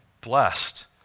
blessed